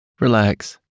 relax